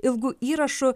ilgu įrašu